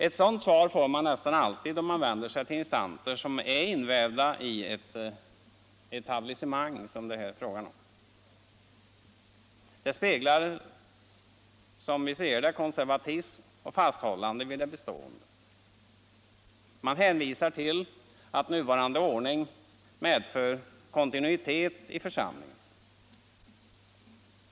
Ett sådant svar får man nästan alltid då man vänder sig till instanser som är invävda i ett etablissemang, som det här är fråga om. Det speglar, som vi ser det, konservatism och fasthållande vid det bestående. Man hänvisar till att nuvarande ordning medför kontinuitet i församlingen.